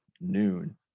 noon